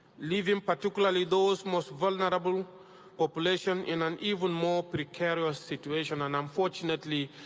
leaving particularly those most vulnerable population in an even more precarious situation. and unfortunately,